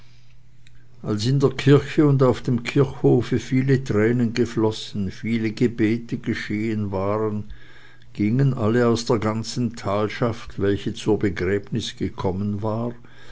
als in der kirche und auf dem kirchhofe viele tränen geflossen viele gebete geschehen waren gingen alle aus der ganzen talschaft welche zur begräbnis gekommen war